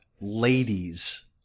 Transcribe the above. ladies